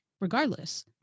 regardless